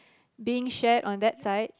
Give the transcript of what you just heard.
being shared on that site